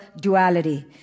duality